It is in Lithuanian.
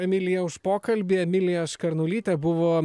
emilija už pokalbį emilija škarnulytė buvo